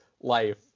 life